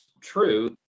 true